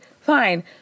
fine